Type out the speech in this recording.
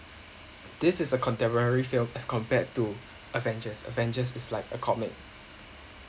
this is a contemporary film as compared to avengers avengers is like a comic